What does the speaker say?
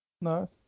no